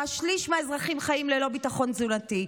ששליש מהאזרחים חיים ללא ביטחון תזונתי.